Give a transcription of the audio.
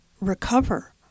recover